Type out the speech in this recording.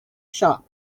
shop